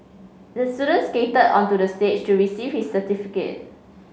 the student skated onto the stage to receive his certificate